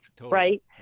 right